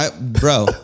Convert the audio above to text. Bro